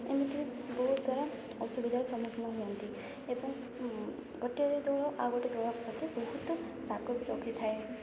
ଏମିତି ବହୁତ ସାରା ଅସୁବିଧାର ସମ୍ମୁଖୀନ ହୁଅନ୍ତି ଏବଂ ଗୋଟେ ଦଳ ଆଉ ଗୋଟେ ଦଳକୁ ମଧ୍ୟ ବହୁତ ରାଗ ବି ରଖିଥାଏ